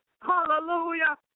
hallelujah